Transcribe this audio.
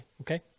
Okay